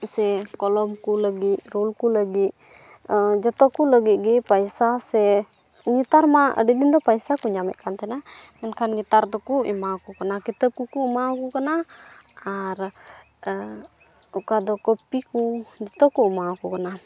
ᱥᱮ ᱠᱚᱞᱚᱢ ᱠᱚ ᱞᱟᱹᱜᱤᱫ ᱨᱩᱞ ᱠᱚ ᱞᱟᱹᱜᱤᱫ ᱡᱚᱛᱚ ᱠᱚ ᱞᱟᱹᱜᱤᱫ ᱜᱮ ᱯᱚᱭᱥᱟ ᱥᱮ ᱱᱮᱛᱟᱨ ᱢᱟ ᱟᱹᱰᱤ ᱫᱤᱱ ᱫᱚ ᱯᱚᱭᱥᱟ ᱠᱚ ᱧᱟᱢᱮᱜ ᱠᱟᱱ ᱛᱟᱦᱮᱱᱟ ᱢᱮᱱᱠᱷᱟᱱ ᱱᱮᱛᱟᱨ ᱫᱚᱠᱚ ᱮᱢᱟᱣᱟᱠᱚ ᱠᱟᱱᱟ ᱠᱤᱛᱟᱹᱵ ᱠᱚᱠᱚ ᱮᱢᱟᱣᱟᱠᱚ ᱠᱟᱱᱟ ᱟᱨ ᱚᱠᱟ ᱫᱚᱠᱚ ᱠᱚᱯᱤ ᱠᱚ ᱡᱚᱛᱚ ᱠᱚ ᱮᱢᱟᱣᱟᱠᱚ ᱠᱟᱱᱟ